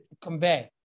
convey